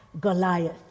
Goliath